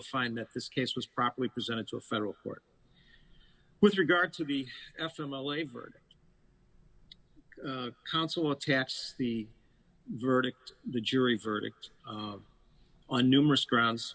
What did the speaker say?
find that this case was properly presented to a federal court with your guard to be after my labored counsel attacks the verdict the jury verdict on numerous grounds